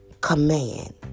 command